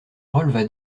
releva